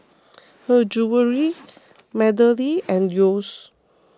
Her Jewellery MeadowLea and Yeo's